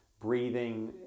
breathing